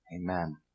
Amen